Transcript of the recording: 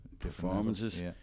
performances